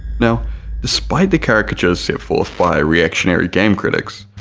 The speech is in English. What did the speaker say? now despite the caricatures set forth by reactionary game critics,